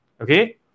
Okay